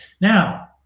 Now